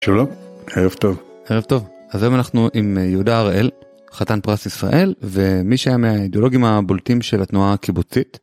שלום ערב טוב. ערב טוב אז היום אנחנו עם יהודה הראל חתן פרס ישראל ומי שהיה מהאידאולוגים הבולטים של התנועה הקיבוצית.